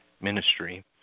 ministry